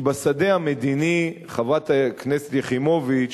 כי בשדה המדיני חברת הכנסת יחימוביץ,